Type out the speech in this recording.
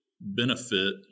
benefit